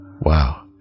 Wow